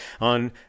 on